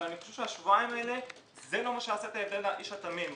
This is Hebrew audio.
אבל אני חושב שהשבועיים האלה זה לא מה שיעשה את ההבדל לאיש התמים.